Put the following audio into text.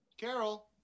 Carol